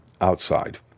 outside